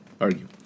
argue